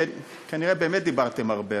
כי כנראה דיברתם הרבה,